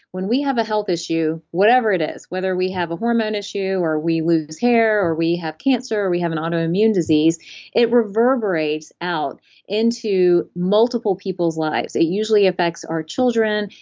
when we have a health issue whatever it is, whether we have a hormone issue or we lose hair or we have cancer or we have an autoimmune disease it reverberates out into multiple people's lives. it usually affects our children,